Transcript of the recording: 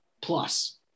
Plus